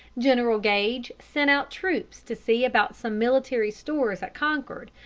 general gage sent out troops to see about some military stores at concord,